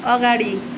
अगाडि